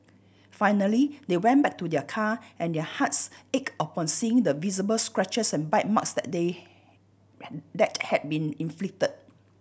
finally they went back to their car and their hearts ached upon seeing the visible scratches and bite marks that they that had been inflicted